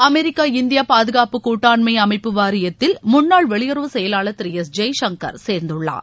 America India பாதுகாப்பு கூட்டாண்மை அமைப்பு வாரியத்தில் முன்னாள் வெளியுறவுச் செயலாளர் திரு எஸ் ஜெய்சங்கர் சேர்ந்துள்ளார்